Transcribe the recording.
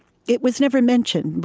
it was never mentioned. but